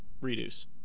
reduce